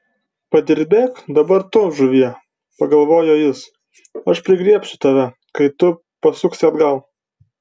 padirbėk dabar tu žuvie pagalvojo jis aš prigriebsiu tave kai tu pasuksi atgal